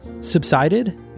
subsided